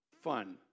fun